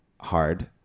hard